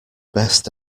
best